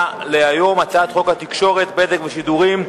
להיום: הצעת חוק התקשורת (בזק ושידורים)